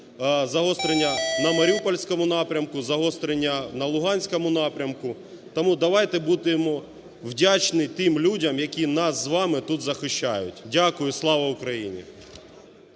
Загострення на маріупольському напрямку, загострення на луганському напрямку. Тому давайте будемо вдячні тим людям, які нас з вами тут захищають. Дякую. Слава Україні!